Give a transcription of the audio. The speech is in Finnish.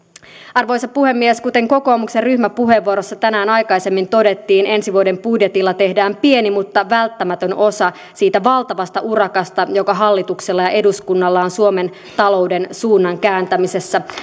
arvoisa puhemies kuten kokoomuksen ryhmäpuheenvuorossa tänään aikaisemmin todettiin ensi vuoden budjetilla tehdään pieni mutta välttämätön osa siitä valtavasta urakasta joka hallituksella ja eduskunnalla on suomen talouden suunnan kääntämisessä